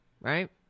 right